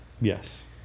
Yes